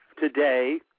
today